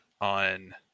on